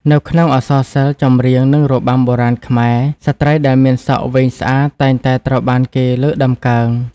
នៅក្នុងអក្សរសិល្ប៍ ចម្រៀង និងរបាំបុរាណខ្មែរ ស្ត្រីដែលមានសក់វែងស្អាតតែងតែត្រូវបានគេលើកតម្កើង។